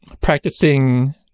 practicing